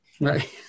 Right